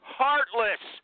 heartless